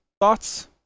thoughts